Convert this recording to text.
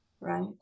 right